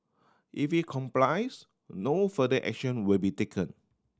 if he complies no further action will be taken